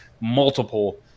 multiple